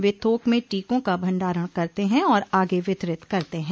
वे थोक में टीकों का भंडारण करते हैं और आगे वितरित करते हैं